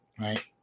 Right